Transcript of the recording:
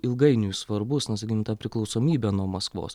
ilgainiui svarbus na sakykim ta priklausomybė nuo maskvos